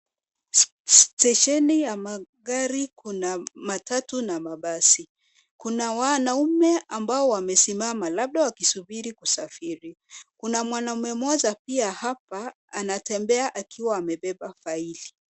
Stesheni ya magari kuna matatu na mabasi. Kuna wanaume ambao wamesimama labda wakisubiri kusafiri. Kuna mwanaume mmoja pia hapa anatembea akiwa amebeba faili.